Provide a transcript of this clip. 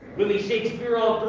william shakespeare on